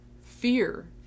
fear